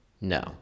No